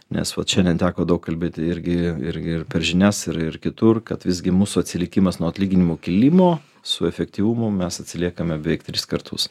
nes vat šiandien teko daug kalbėti irgi ir ir per žinias ir ir kitur kad visgi mūsų atsilikimas nuo atlyginimų kilimo su efektyvumu mes atsiliekame beveik tris kartus